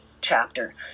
chapter